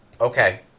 Okay